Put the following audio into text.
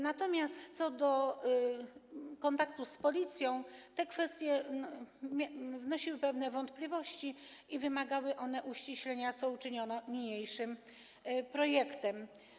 Natomiast co do kontaktu z Policją, te kwestie wzbudzały pewne wątpliwości, wymagały one uściślenia, co uczyniono w niniejszym projekcie.